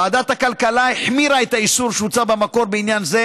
ועדת הכלכלה החמירה את האיסור שהוצע במקור בעניין זה